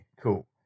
cool